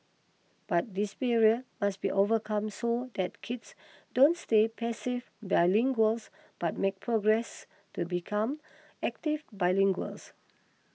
but this barrier must be overcome so that kids don't stay passive bilinguals but make progress to become active bilinguals